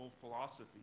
philosophy